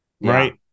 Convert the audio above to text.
Right